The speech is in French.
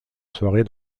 soirée